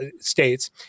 states